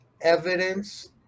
evidence